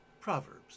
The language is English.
Proverbs